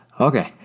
Okay